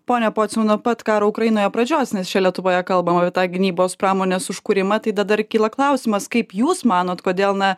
pone pociau nuo pat karo ukrainoje pradžios nes čia lietuvoje kalbama apie tą gynybos pramonės užkūrimą tai da dar kyla klausimas kaip jūs manot kodėl na